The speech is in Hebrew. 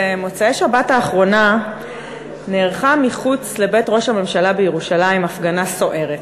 במוצאי השבת האחרונה נערכה מחוץ לבית ראש הממשלה בירושלים הפגנה סוערת,